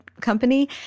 company